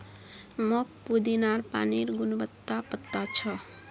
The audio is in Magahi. मोक पुदीनार पानिर गुणवत्ता पता छ